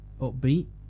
upbeat